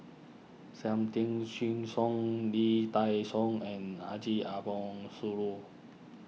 Sam Tan Chin Siong Lee Dai Soh and Haji Ambo Sooloh